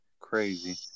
Crazy